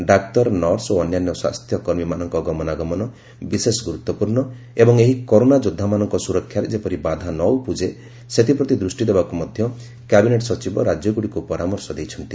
ଡାକ୍ତର nurse ଓ ଅନ୍ୟାନ୍ୟ ସ୍ୱାସ୍ଥ୍ୟ କର୍ମୀମାନଙ୍କ ଗମନାଗମନ ବିଶେଷ ଗୁରୁତ୍ୱପୂର୍ଣ୍ଣ ଏବଂ ଏହି କରୋନା ଯୋଦ୍ଧାମାନଙ୍କ ସୁରକ୍ଷାରେ ଯେପରି ବାଧା ନ ଉପୁଜେ ସେଥିପ୍ରତି ଦୃଷ୍ଟି ଦେବାକୁ ମଧ୍ୟ କ୍ୟାବିନେଟ୍ ସଚିବ ରାଜ୍ୟଗୁଡ଼ିକୁ ପରାମର୍ଶ ଦେଇଛନ୍ତି